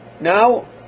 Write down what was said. now